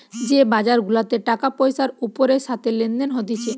যে বাজার গুলাতে টাকা পয়সার ওপরের সাথে লেনদেন হতিছে